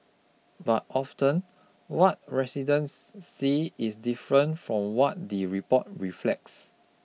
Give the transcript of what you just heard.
but often what residents see is different from what the report reflects